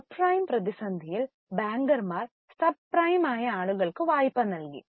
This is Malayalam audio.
സബ്പ്രൈം പ്രതിസന്ധിയിൽ ബാങ്കർമാർ സബ്പ്രൈം ആയ ആളുകൾക്കു വായ്പ നൽകി